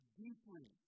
deeply